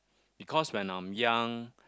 because when I'm young